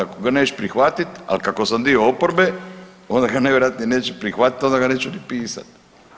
Ako ga nećeš prihvatiti, a kako sam dio oporbe onda ga vjerojatno neće prihvatiti, onda ga neću ni pisati.